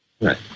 Right